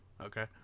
Okay